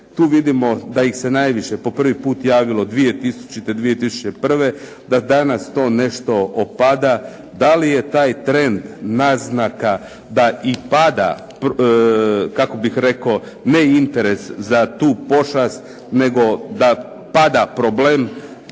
tu vidimo da ih se najviše po prvi put javilo 2000., 2001., da danas to nešto opada. Da li je taj trend naznaka da i pada kako bih rekao ne interes za tu pošast nego da pada problem